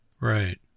Right